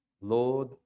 Lord